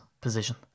position